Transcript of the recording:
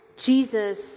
Jesus